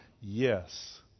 Yes